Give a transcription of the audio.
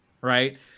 right